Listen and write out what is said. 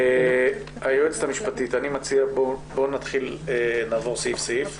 היועצת המשפטית, אני מציע שנתחיל לעבור סעיף-סעיף,